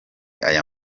aya